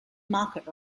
market